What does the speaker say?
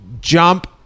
jump